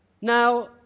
Now